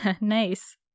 Nice